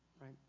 right